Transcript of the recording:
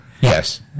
Yes